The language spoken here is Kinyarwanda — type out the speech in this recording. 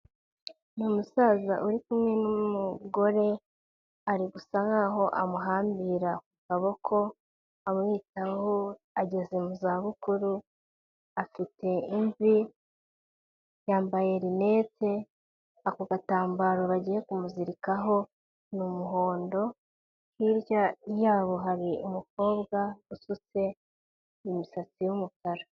Ni musaza uri kumwe n'umugore, ari gusa nkaho amuhambira akaboko amwitaho ageze mu za bukuru, afite imvi yambaye rinete, ako gatambaro bagiye kumuzirikaho ni umuhondo, hirya yabo hari umukobwa usutse imisatsi y'umukara.